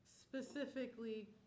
specifically